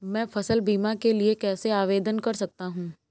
मैं फसल बीमा के लिए कैसे आवेदन कर सकता हूँ?